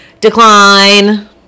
Decline